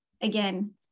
again